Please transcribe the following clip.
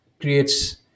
creates